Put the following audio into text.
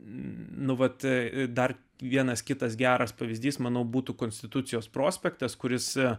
numatyti dar vienas kitas geras pavyzdys manau būtų konstitucijos prospektas kuris